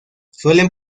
suelen